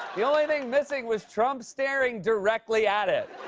the only thing missing was trump staring directly at it.